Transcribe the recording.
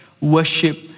worship